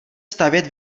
stavět